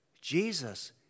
Jesus